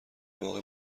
واقع